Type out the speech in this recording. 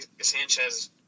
Sanchez